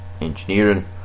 engineering